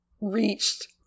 reached